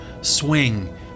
swing